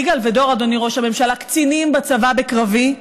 יגאל ודור, אדוני ראש הממשלה, קצינים בצבא, בקרבי,